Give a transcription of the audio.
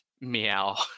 meow